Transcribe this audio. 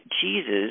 Jesus